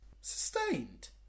Sustained